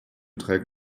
trägt